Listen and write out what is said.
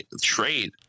trade